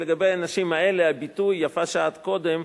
כי לגבי האנשים האלה הביטוי "יפה שעה אחת קודם"